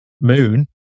moon